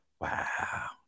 Wow